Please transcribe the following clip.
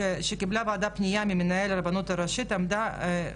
כיהן כרב המועצה האזורית עמק יזרעאל.